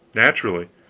naturally.